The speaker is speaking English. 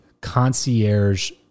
concierge